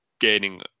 gaining